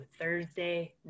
Thursday